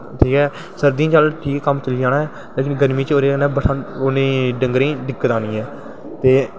ठीक ऐ सर्दियें च ते चल ठीक कम्म चली जाना ऐ लेकिन गर्मियें च ना डंगरें गी दिक्कत आनी ऐ ते